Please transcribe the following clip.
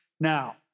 Now